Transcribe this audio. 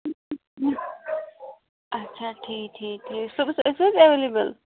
اچھا ٹھیٖک ٹھیٖک ٹھیٖک صُبَس ٲسۍوٕ حظ ایویلبل